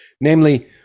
namely